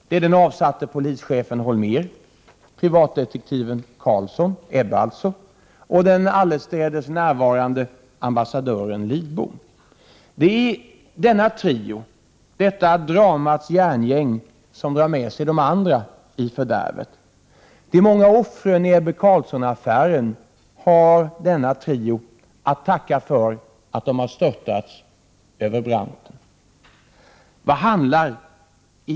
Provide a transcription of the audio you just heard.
Det är den avsatte polischefen Holmér, privatdetektiven Carlsson — Ebbe alltså — och den allestädes närvarande ambassadören Lidbom. Det är denna trio, detta dramats järngäng, som drar med sig de andra i fördärvet. De många offren i Ebbe Carlsson-affären har denna trio att tacka för att de har störtats utför branten.